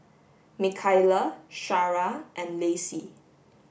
Mikaila Shara and Lacey